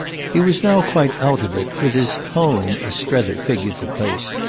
he was now quite out of it, with his home, as strether figured the place,